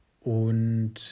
Und